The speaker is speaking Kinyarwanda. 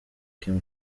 kim